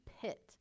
pit